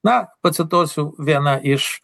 na pacituosiu vieną iš